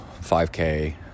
5k